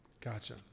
gotcha